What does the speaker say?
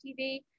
TV